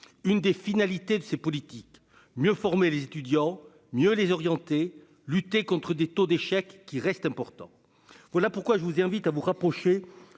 menées en ce domaine : mieux former les étudiants, mieux les orienter, lutter contre des taux d'échec qui restent importants. Voilà pourquoi je vous invite à vous rapprocher